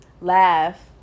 laugh